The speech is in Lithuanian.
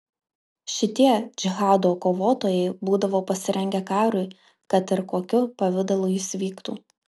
šitie džihado kovotojai būdavo pasirengę karui kad ir kokiu pavidalu jis vyktų